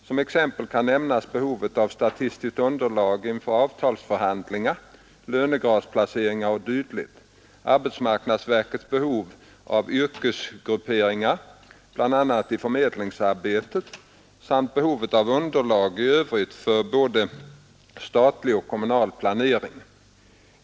Som exempel kan nämnas behovet av statistiskt underlag inför avtalsförhandlingar, lönegradsplaceringar o. d., arbetsmarknadsverkets behov av yrkesgrupperingar bl.a. i förmedlingsarbetet samt behovet av underlag i övrigt för både statlig och kommunal planering.